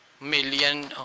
million